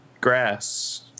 grass